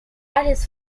his